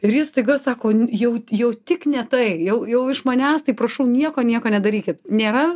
ir jis staiga sako jau jau tik ne tai jau jau iš manęs tai prašau nieko nieko nedarykit nėra